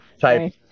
type